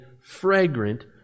fragrant